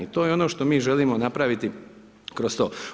I to je ono što mi želimo napraviti kroz to.